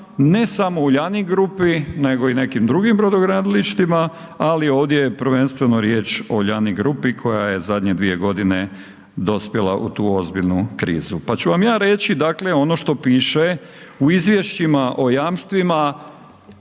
ne samo Uljanik grupi nego i nekim drugim brodogradilištima, ali ovdje je prvenstveno riječ o Uljanik grupi koja je zadnje dvije godine dospjela u tu ozbiljnu krizu. Pa ću vam ja reći ono što piše u izvješćima o jamstvima